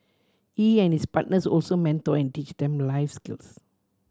he and his partners also mentor and teach them life skills